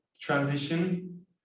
transition